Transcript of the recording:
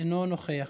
אינו נוכח.